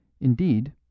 Indeed